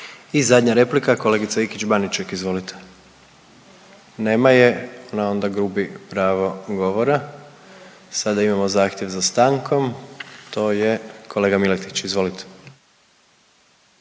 I zadnja replika, kolegica Ikić Baniček izvolite. Nema je, pa onda gubi pravo govora. Sada imamo zahtjev za stankom, to je kolega Miletić, izvolite.